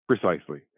Precisely